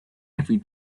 every